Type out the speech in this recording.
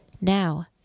now